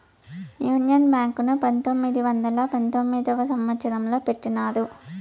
union Bank ను పంతొమ్మిది వందల పంతొమ్మిదవ సంవచ్చరంలో పెట్టినారు